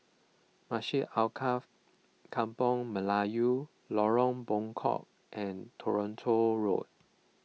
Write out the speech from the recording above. Masjid Alkaff Kampung Melayu Lorong Bengkok and Toronto Road